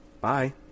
Bye